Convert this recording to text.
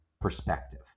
perspective